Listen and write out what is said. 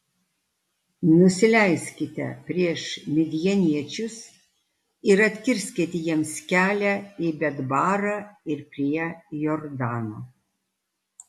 nusileiskite prieš midjaniečius ir atkirskite jiems kelią į betbarą ir prie jordano